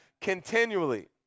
continually